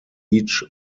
each